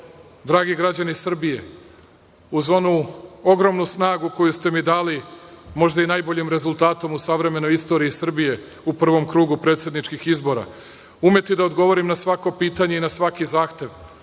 dragi građani Srbije, uz onu ogromnu snagu koju ste mi dali možda i najboljim rezultatom u savremenoj istoriji Srbije, u prvom krugu predsedničkih izbora, umeti da odgovorim na svako pitanje i na svaki zahtev,